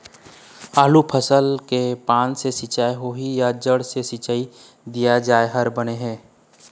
आलू फसल मे पान से सिचाई होही या जड़ से सिचाई दिया जाय हर बने हे?